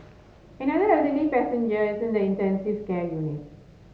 another elderly passenger is in the intensive care unit